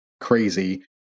crazy